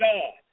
God